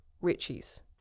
Richie's